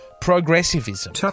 progressivism